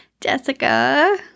Jessica